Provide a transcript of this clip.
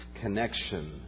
connection